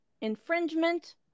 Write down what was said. infringement